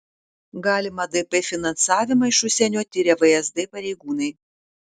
galimą dp finansavimą iš užsienio tiria vsd pareigūnai